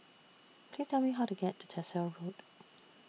Please Tell Me How to get to Tyersall Road